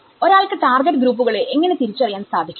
ഒരാൾക്ക് ടാർഗറ്റ് ഗ്രൂപ്പുകളെ എങ്ങനെ തിരിച്ചറിയാൻ സാധിക്കും